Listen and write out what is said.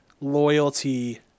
loyalty